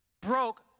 broke